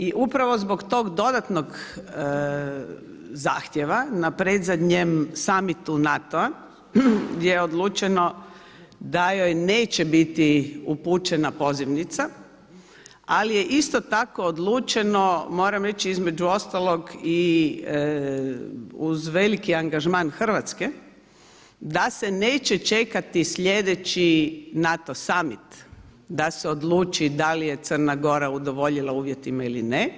I upravo zbog tog dodatnog zahtjeva na predzadnjem summitu NATO-a gdje je odlučeno da joj neće biti upućena pozivnica, ali je isto tako odlučeno moram reći između ostalog i uz veliki angažman Hrvatske da se neće čekati sljedeći NATO summit sa se odluči da li je Crna Gora udovoljila uvjetima ili ne,